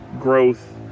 growth